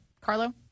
Carlo